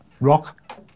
rock